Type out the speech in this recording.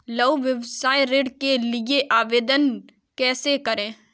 लघु व्यवसाय ऋण के लिए आवेदन कैसे करें?